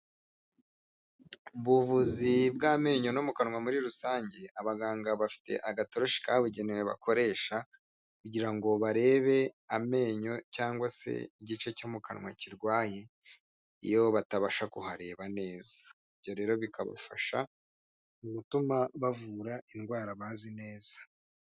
Ubuvuzi bw'amenyo no mu kanwa muri rusange abaganga bafite agatoroshi kabugenewe bakoresha kugira ngo barebe amenyo cyangwa se igice cyo mu kanwa kirwaye iyo batabasha kuhareba neza ibyo rero bikabafasha mu gutuma bavura indwara bazi neza.